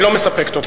היא לא מספקת אותך?